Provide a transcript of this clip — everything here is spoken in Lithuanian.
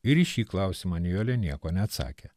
ir į šį klausimą nijolė nieko neatsakė